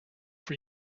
for